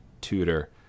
Tutor